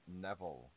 Neville